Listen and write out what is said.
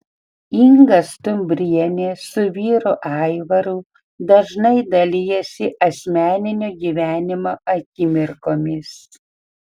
inga stumbrienė su vyru aivaru dažnai dalijasi asmeninio gyvenimo akimirkomis